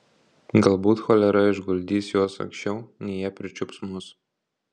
galbūt cholera išguldys juos anksčiau nei jie pričiups mus